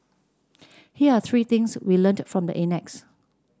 here are three things we learnt from the annex